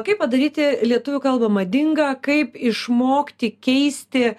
kaip padaryti lietuvių kalbą madinga kaip išmokti keisti